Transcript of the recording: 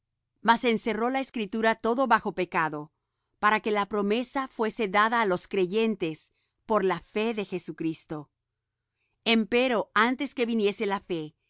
ley mas encerró la escritura todo bajo pecado para que la promesa fuese dada á los creyentes por la fe de jesucristo empero antes que viniese la fe